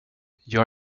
jag